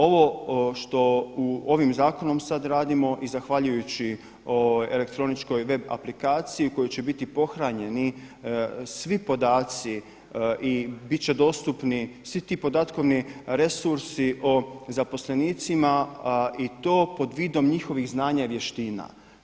Ovo što ovim zakonom sad radimo i zahvaljujući elektroničkoj web aplikaciji u kojoj će bit pohranjeni svi podaci i bit će dostupni svi ti podatkovni resursi o zaposlenicima i to pod vidom njihovih znanja i vještina.